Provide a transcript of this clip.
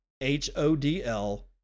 H-O-D-L